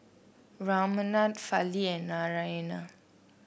Ramanand Fali and Narayana